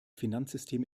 finanzsystem